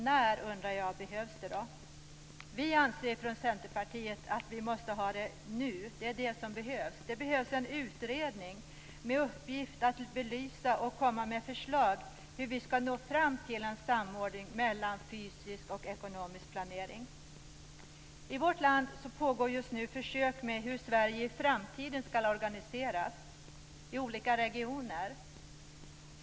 När behövs det då? Vi anser från Centerpartiet att vi måste ha det nu, det är vad som behövs. Det behövs en utredning med uppgift att belysa och komma med förslag hur vi skall nå fram till en samordning mellan fysisk och ekonomisk planering. I vårt land pågår just nu försök kring hur Sverige i framtiden skall organiseras i olika regioner.